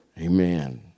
Amen